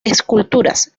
esculturas